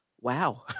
wow